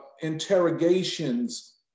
interrogations